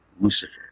Lucifer